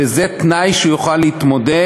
וזה תנאי שהוא יוכל להתמודד,